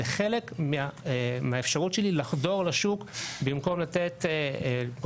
זה חלק מהאפשרות שלי לחדור לשוק במקום לפרסם.